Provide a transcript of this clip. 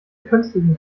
künstlichen